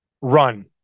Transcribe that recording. run